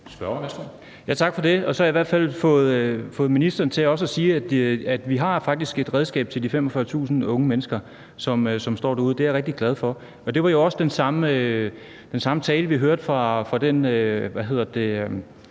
Stén Knuth (V): Tak for det. Og så har jeg i hvert fald fået ministeren til også at sige, at vi faktisk har et redskab til de 45.000 unge mennesker, som står derude. Det er jeg rigtig glad for. Det var også den samme tale, vi hørte, fra den forsamling, der